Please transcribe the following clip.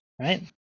right